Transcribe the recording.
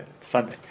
Sunday